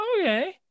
okay